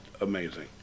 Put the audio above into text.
amazing